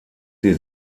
sie